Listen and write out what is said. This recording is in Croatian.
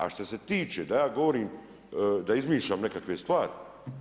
A šta se tiče da ja govorim, da izmišljam nekakve stvari.